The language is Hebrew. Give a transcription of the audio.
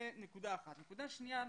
נקודה שנייה.